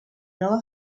nova